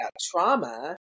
trauma